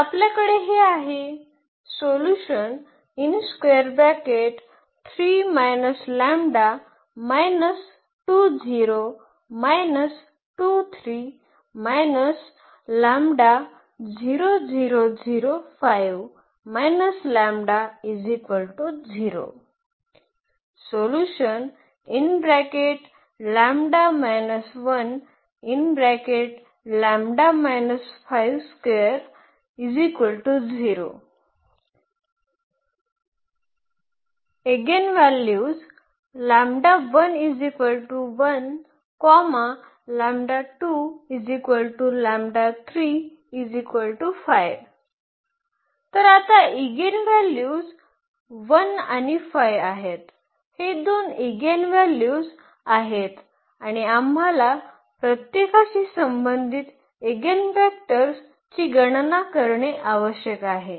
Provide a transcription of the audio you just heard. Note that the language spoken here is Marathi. तर आपल्याकडे हे आहे एगेनव्हल्यूज तर आता एगिनॅव्ह्यूल्स 1 आणि 5 आहेत हे दोन एगिनॅव्ह्यूल्स आहेत आणि आम्हाला प्रत्येकाशी संबंधित एगिनवेक्टर्स ची गणना करणे आवश्यक आहे